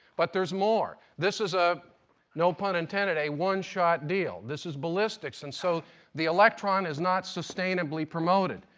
but there's more. this is a no pun intended a one shot deal. this is ballistics, and so the electron is not sustainably promoted.